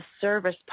service